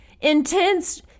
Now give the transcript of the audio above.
intense